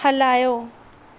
हलायो